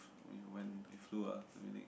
we went we flew to Munich